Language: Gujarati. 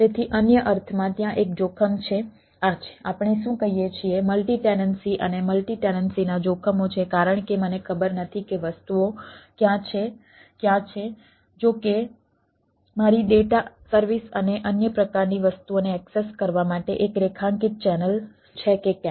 તેથી અન્ય અર્થમાં ત્યાં એક જોખમ છે આ છે આપણે શું કહીએ છીએ મલ્ટિ ટેનન્સી અને મલ્ટિ ટેનન્સીના જોખમો છે કારણ કે મને ખબર નથી કે વસ્તુઓ ક્યાં છે ક્યાં છે જો કે મારી ડેટા સર્વિસ અને અન્ય પ્રકારની વસ્તુઓને એક્સેસ છે કે કેમ